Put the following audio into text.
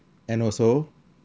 and also